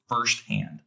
firsthand